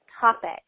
topic